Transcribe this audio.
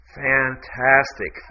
fantastic